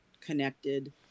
connected